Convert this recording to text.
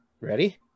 ready